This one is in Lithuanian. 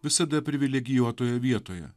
visada privilegijuotoje vietoje